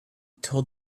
told